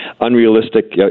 unrealistic